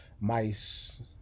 mice